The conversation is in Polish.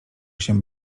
się